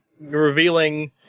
revealing